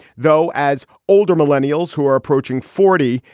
though. as older millennials who are approaching forty,